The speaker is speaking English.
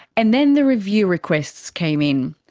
and then the review requests came in.